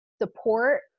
support